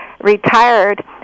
retired